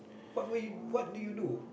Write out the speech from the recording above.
what will what do you do